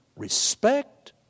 respect